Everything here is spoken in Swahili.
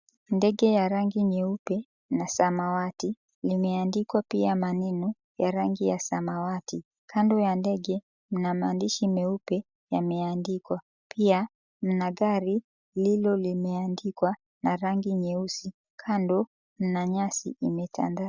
Ndege ya rangi nyeupe na samawati limeandikwa pia maneno ya rangi ya samawati kando ya ndege mna maandishi meupe yameandikwa pia mna gari lilo limeandikwa na rangi nyeusi kando na nyasi imetandaa.